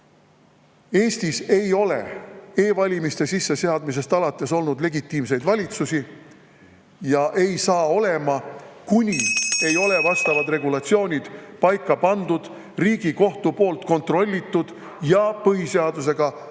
Eestis ei ole e‑valimiste sisseseadmisest alates olnud legitiimseid valitsusi ja ei saa olema, (Juhataja helistab kella.) kuni ei ole vastavad regulatsioonid paika pandud, Riigikohtu poolt kontrollitud ja põhiseadusega vastavuses